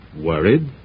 Worried